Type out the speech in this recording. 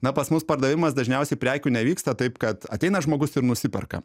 na pas mus pardavimas dažniausiai prekių nevyksta taip kad ateina žmogus ir nusiperka